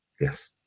Yes